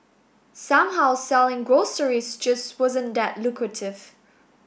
somehow selling groceries just wasn't that lucrative